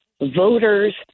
voters